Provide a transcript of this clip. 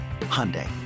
hyundai